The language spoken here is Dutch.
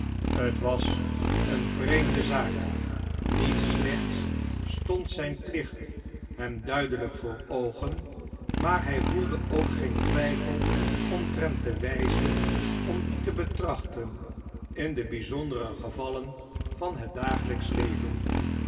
t was een vreemde zaak niet slechts stond zijn plicht hem duidelijk voor oogen maar hij voelde ook geen twijfel omtrent de wijze om dien te betrachten in de bizondere gevallen van het dagelijksch leven